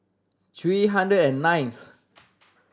three hundred and ninth